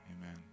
Amen